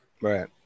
Right